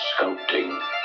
sculpting